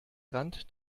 rand